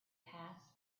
passed